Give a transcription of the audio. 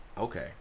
Okay